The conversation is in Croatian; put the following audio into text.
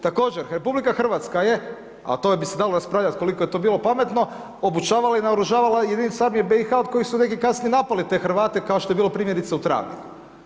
Također RH je a to bi se dalo raspravljati koliko je to bilo pametno, obučavala i naoružavala jedinica BIH, od kojih su neki kasnije napali te Hrvate kao što je bilo primjerice u Travniku.